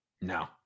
No